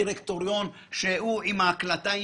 לשיטתך אתה אומר אין סיכוי שעם מר אליהו מדבר מאן